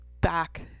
back